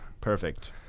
Perfect